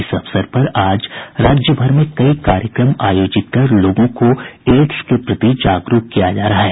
इस अवसर पर आज राज्यभर में कई कार्यक्रम आयोजित कर लोगों को एड्स के प्रति जागरूक किया जा रहा है